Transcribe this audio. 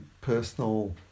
personal